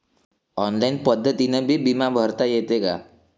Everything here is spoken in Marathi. ऑनलाईन पद्धतीनं बी बिमा भरता येते का?